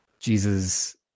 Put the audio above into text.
Jesus